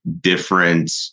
different